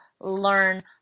learn